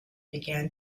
began